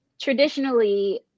traditionally